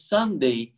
Sunday